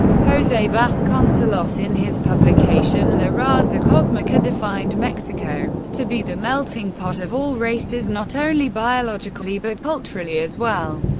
jose vasconcelos in his publication la raza cosmica defined mexico to be the melting pot of all races not only biologically, but culturally as well.